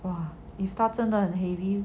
!wah! if 他真的很 heavy